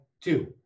two